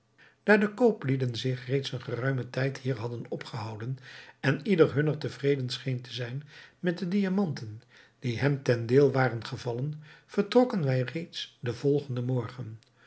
daar de kooplieden zich reeds een geruimen tijd hier hadden opgehouden en ieder hunner tevreden scheen te zijn met de diamanten die hem ten deel waren gevallen vertrokken wij reeds den volgenden morgen